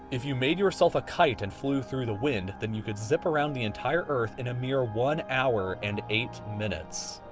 if you made yourself a kite and flew through the wind, then you could zip around the entire earth in a mere one hour and eight minutes.